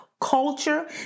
culture